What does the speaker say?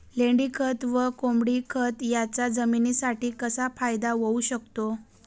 लेंडीखत व कोंबडीखत याचा जमिनीसाठी कसा फायदा होऊ शकतो?